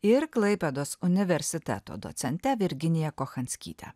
ir klaipėdos universiteto docente virginija kochanskyte